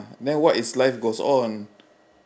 then what is life goes on